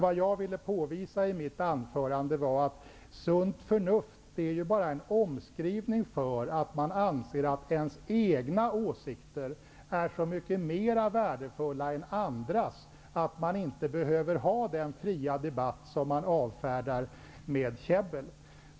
Vad jag ville påvisa i mitt anförande var att ''sunt förnuft'' bara är en omskrivning för att man anser att ens egna åsikter är så mycket mera värdefulla än andras att vi inte behöver den fria debatt som man avfärdar med ''käbbel''.